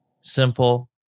simple